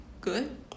good